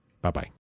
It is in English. Bye-bye